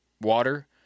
water